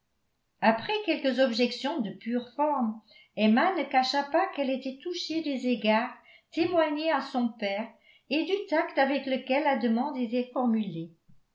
après quelques objections de pure forme emma ne cacha pas qu'elle était touchée des égards témoignés à son père et du tact avec lequel la demande était formulée